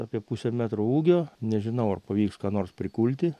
apie pusę metro ūgio nežinau ar pavyks ką nors prikulti